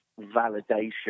validation